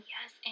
Yes